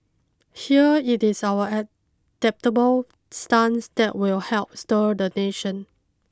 here it is our adaptable stance that will help stir the nation